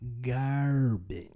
Garbage